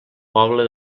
poble